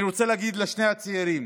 אני רוצה להגיד לשני הצעירים